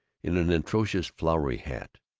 in an atrocious flowery hat.